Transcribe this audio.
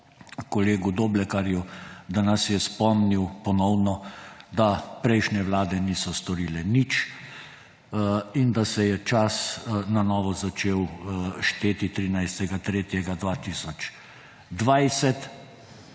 kolegu Doblekarju, da nas je spomnil ponovno, da prejšnje vlade niso storile nič in da se je čas na novo začel šteti 13. 3. 2020